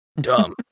Dumb